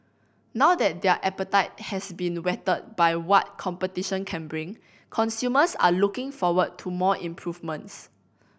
now that their appetite has been whetted by what competition can bring consumers are looking forward to more improvements